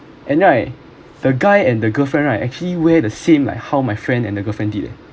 and then I the guy and the girlfriend right actually wear the same like how my friend and the girlfriend did leh